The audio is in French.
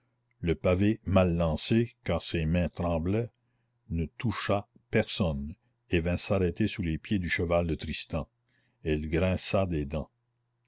le pavé mal lancé car ses mains tremblaient ne toucha personne et vint s'arrêter sous les pieds du cheval de tristan elle grinça des dents